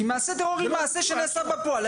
כי מעשה טרור הוא מעשה שנעשה בפועל.